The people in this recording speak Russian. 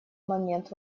момент